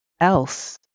else